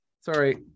Sorry